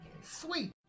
Sweet